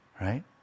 right